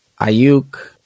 Ayuk